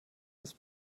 ist